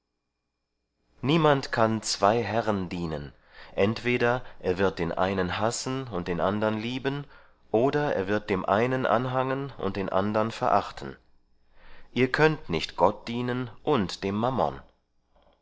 niemand kann zwei herren dienen entweder er wird den einen hassen und den andern lieben oder er wird dem einen anhangen und den andern verachten ihr könnt nicht gott dienen und dem mammon